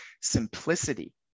simplicity